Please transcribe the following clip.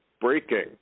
Breaking